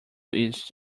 east